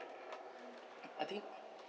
I think